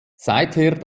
seither